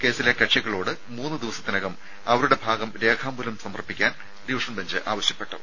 കേസിലെ കക്ഷികളോട് മൂന്നു ദിവസത്തിനകം അവരുടെ ഭാഗം രേഖാമൂലം സമർപ്പിക്കാൻ ഡിവിഷൻ ബഞ്ച് ആവശ്യപ്പെട്ടു